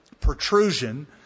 protrusion